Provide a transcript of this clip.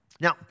Now